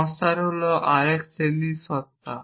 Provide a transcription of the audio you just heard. নশ্বর হল আরেক শ্রেণীর সত্ত্বা